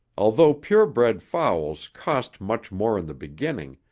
although purebred fowls cost much more in the beginning,